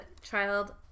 child